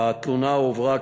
התלונה הועברה,